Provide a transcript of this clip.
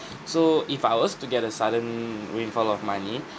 so if I was to get a sudden windfall of money